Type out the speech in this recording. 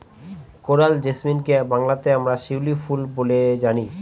coral জেসমিনকে বাংলাতে আমরা শিউলি ফুল বলে জানি